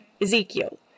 Ezekiel